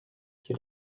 qui